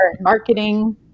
marketing